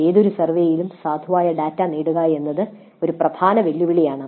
ഏതൊരു സർവേയിലും സാധുവായ ഡാറ്റ നേടുക എന്നത് ഒരു പ്രധാന വെല്ലുവിളിയാണ്